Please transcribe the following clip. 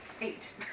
Eight